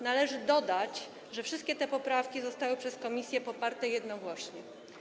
Należy dodać, że wszystkie te poprawki zostały przez komisję poparte jednogłośnie.